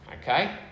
Okay